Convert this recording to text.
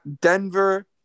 Denver